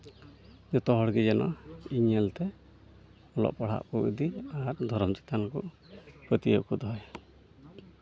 ᱡᱚᱛᱚ ᱦᱚᱲ ᱜᱮ ᱡᱮᱱᱚ ᱤᱧ ᱧᱮᱞᱛᱮ ᱚᱞᱚᱜ ᱯᱟᱲᱦᱟᱜ ᱠᱚ ᱤᱫᱤ ᱟᱨ ᱫᱷᱚᱨᱚᱢ ᱪᱮᱛᱟᱱ ᱨᱮᱠᱚ ᱯᱟᱹᱛᱭᱟᱹᱣ ᱠᱚ ᱫᱚᱦᱚᱭ